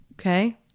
Okay